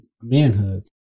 manhood